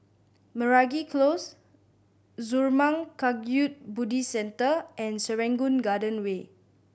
Meragi Close Zurmang Kagyud Buddhist Centre and Serangoon Garden Way